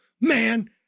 man